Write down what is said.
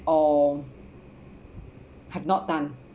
or have not done